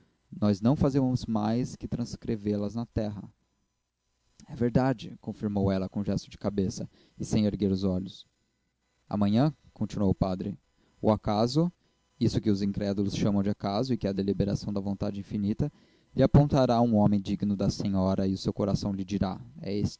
nós não fazemos mais que transcrevê las na terra é verdade confirmou ela com um gesto de cabeça e sem erguer os olhos amanhã continuou o padre o acaso isso a que os incrédulos chamam acaso e que é a deliberação da vontade infinita lhe apontará um homem digno da senhora e seu coração lhe dirá é este